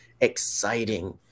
exciting